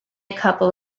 couple